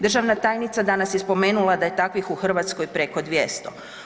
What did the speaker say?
Državna tajnica danas je spomenula da je takvih u Hrvatskoj preko 200.